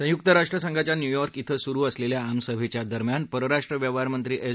सुयुक्त राष्ट्रसंघाच्या न्यूयॉक इथं सुरु असलेल्या आमसभेच्या दरम्यान परराष्ट्र व्यवहार मंत्री एस